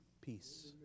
Peace